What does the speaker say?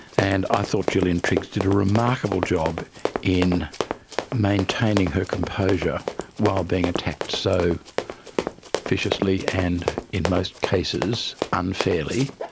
and i thought gillian triggs did a remarkable job in maintaining her composure while being attacked so viciously and in most cases unfairly.